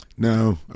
No